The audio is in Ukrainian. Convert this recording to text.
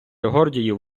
гордіїв